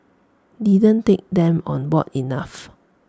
didn't take them on board enough